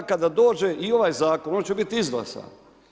A … [[ne razumije se]] kada dođe i ovaj zakon on će biti izglasan.